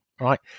Right